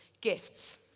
gifts